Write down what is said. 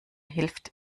hilft